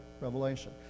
revelation